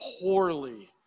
poorly